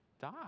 die